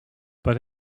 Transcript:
but